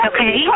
Okay